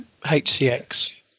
HCX